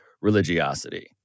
religiosity